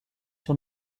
sur